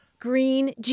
Green